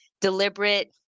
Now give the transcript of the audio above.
deliberate